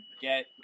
get